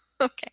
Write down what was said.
Okay